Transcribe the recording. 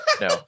No